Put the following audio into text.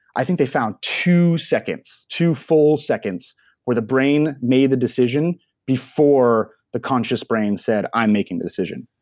i think they found two seconds. two full seconds where the brain made the decision before the conscious brain said, i'm making the decision,